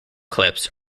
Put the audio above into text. clips